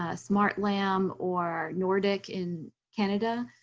ah smartlam, or nordic in canada.